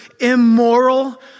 immoral